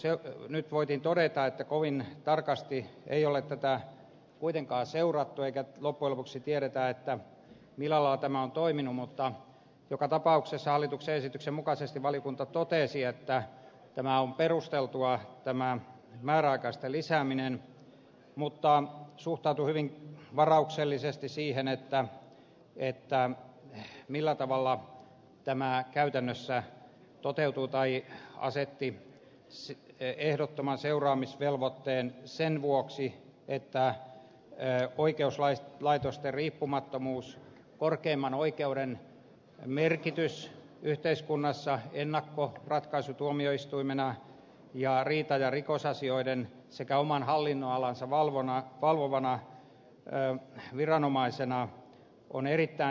no nyt voitiin todeta että kovin tarkasti ei ole tätä kuitenkaan seurattu eikä loppujen lopuksi tiedetä millä lailla tämä on toiminut mutta joka tapauksessa hallituksen esityksen mukaisesti valiokunta totesi että tämä määräaikaisten lisääminen on perusteltua mutta suhtautui hyvin varauksellisesti siihen millä tavalla tämä käytännössä toteutuu tai asetti ehdottoman seuraamisvelvoitteen sen vuoksi että oikeuslaitosten riippumattomuus korkeimman oikeuden merkitys yhteiskunnassa ennakkoratkaisutuomioistuimena ja riita ja ri kosasioiden sekä oman hallinnonalansa valvovana viranomaisena on erittäin tärkeä